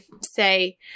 say